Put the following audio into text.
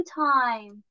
time